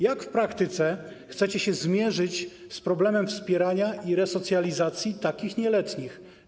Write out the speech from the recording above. Jak w praktyce chcecie się zmierzyć z problemem wspierania i resocjalizacji takich nieletnich?